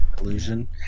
illusion